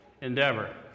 endeavor